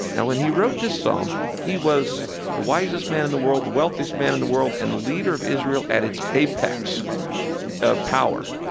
now, when he wrote this psalm, he was the wisest man in the world, the wealthiest man in the world and the leader of israel at its apex of power.